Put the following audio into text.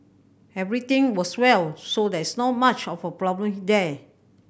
everything was well so there's not much of a problem there